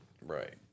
right